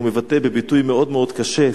הוא מבטא בביטוי מאוד קשה,